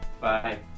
Bye